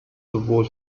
sowohl